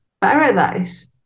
paradise